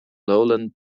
lowland